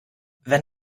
wenn